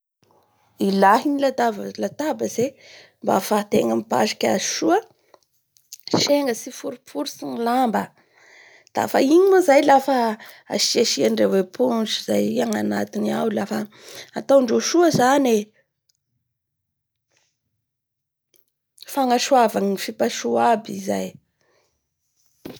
Lahy ny lata-latabatsy ee, mba hahafahategna mipasoky azy soa senga tsy hiforoporotsy ny lamba dafa igny moa zay lafa asiasiandreo éponge i ao agnatiny ao lafa ataondreo soa zany. Fagnasoava ny fipasoha aby izay.